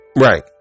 Right